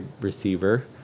receiver